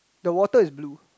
the water is blue